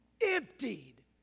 emptied